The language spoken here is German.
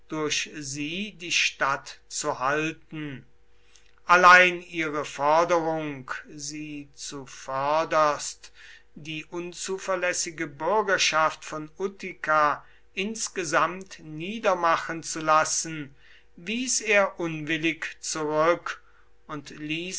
durch sie die stadt zu halten allein ihre forderung sie zuvörderst die unzuverlässige bürgerschaft von utica insgesamt niedermachen zu lassen wies er unwillig zurück und